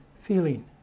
feeling